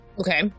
Okay